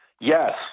Yes